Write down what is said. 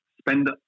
spend